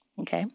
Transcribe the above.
Okay